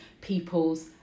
people's